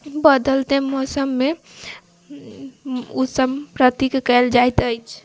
बदलते मौसममे उ सम प्रतिके कैल जाइत अछि